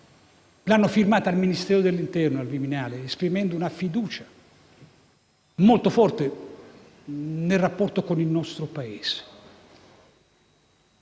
l'hanno fatto al Ministero dell'interno, al Viminale, esprimendo una fiducia molto forte nei confronti del rapporto con il nostro Paese.